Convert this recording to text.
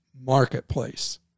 marketplace